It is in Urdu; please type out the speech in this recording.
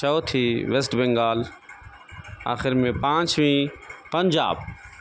چوتھی ویسٹ بنگال آخر میں پانچویں پنجاب